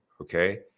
okay